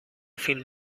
فیلم